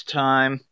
time